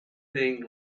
thing